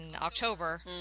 October